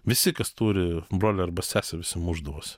visi kas turi brolį arba seserį visi mušdavosi